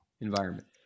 environment